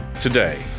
today